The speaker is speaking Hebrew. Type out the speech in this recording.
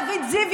דוד זיו,